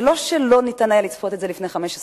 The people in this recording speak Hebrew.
זה לא שלא ניתן היה לצפות את זה לפני 15 שנה.